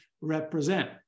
represent